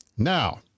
Now